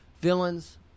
villains